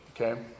okay